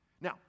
Now